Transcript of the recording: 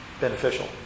beneficial